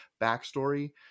backstory